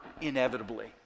inevitably